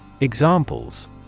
Examples